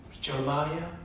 jeremiah